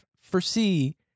foresee